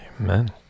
Amen